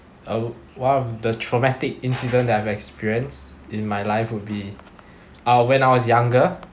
uh one of the traumatic incident that I've experienced in my life would be uh when I was younger